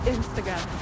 Instagram